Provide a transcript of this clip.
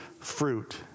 fruit